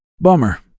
Bummer